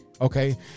okay